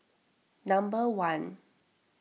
number one